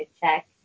check